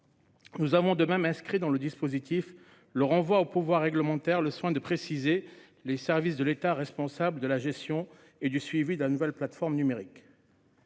Nous avons de même renvoyé explicitement au pouvoir réglementaire le soin de préciser quels services de l'État seront responsables de la gestion et du suivi de la nouvelle plateforme numérique.